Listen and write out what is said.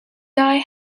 die